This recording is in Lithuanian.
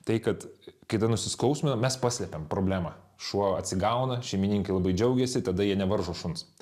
tai kad kai tada nusiskausminam mes paslėpiam problemą šuo atsigauna šeimininkai labai džiaugiasi tada jie nevaržo šuns